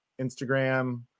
Instagram